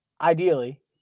Ideally